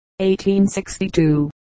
1862